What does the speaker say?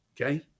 Okay